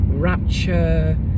Rapture